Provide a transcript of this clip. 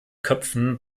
köpfen